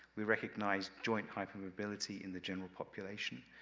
we recognize joint hypermobility in the general population,